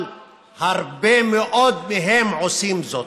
אבל הרבה מאוד מהם עושים זאת.